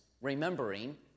remembering